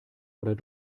oder